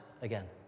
again